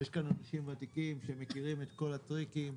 יש כאן אנשים ותיקים שמכירים את כל הטריקים,